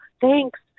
thanks